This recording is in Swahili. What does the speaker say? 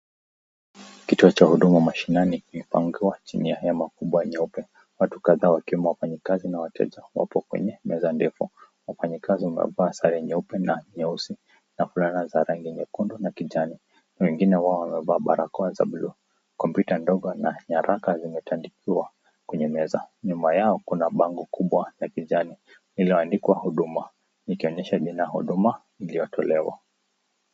Kituo cha Huduma mashinane wakiwa chini ya hema kubwa nyeupe . Watu kadhaa wakiwemo wafanyikazi na wateja wako kwenye meza ndefu, wafanyikazi wamevaa sare nyeupe na nyeusi na fulana za rangi nyekundu na kijani. Wengine wao wamevaa barakoa za bluu, kompyuta ndogo na nyaraka zimetandikiwa kwenye meza .Nyuma yao kuna bango kubwaa la kijani iliyoandikwa Huduma ikionyesha jina huduma inayotolewa.